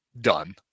done